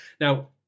Now